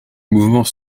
mouvement